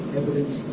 evidence